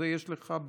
את זה יש לך.